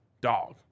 dog